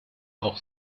auch